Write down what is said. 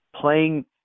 playing